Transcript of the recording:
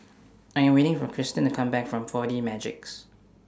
I Am waiting For Christen to Come Back from four D Magix